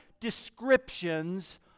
descriptions